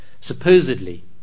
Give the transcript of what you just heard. supposedly